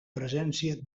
presència